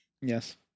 yes